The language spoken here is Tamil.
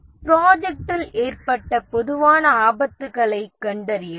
ப்ராஜெக்ட்டில் ஏற்பட்ட பொதுவான ஆபத்துக்களைக் கண்டறியவும்